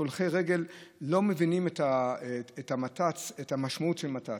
שהולכי רגל לא מבינים את המשמעות של מת"צ.